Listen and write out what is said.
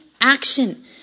action